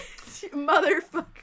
motherfucker